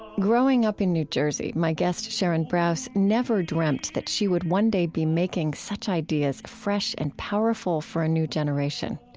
growing up in new jersey, my guest, sharon brous, never dreamt that she would one day be making such ideas fresh and powerful for a new generation.